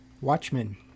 Watchmen